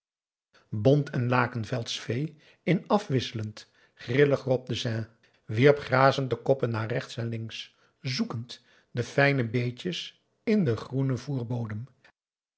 bont en lakenveldsch vee in afwisselend grillig op de zee wierp grazend de koppen naar rechts en links zoekend de fijne beetjes in den groenen